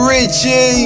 Richie